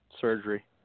surgery